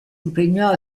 impegnò